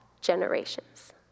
generations